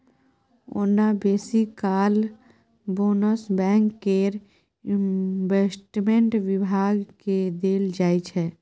ओना बेसी काल बोनस बैंक केर इंवेस्टमेंट बिभाग केँ देल जाइ छै